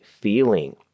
feeling